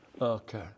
Okay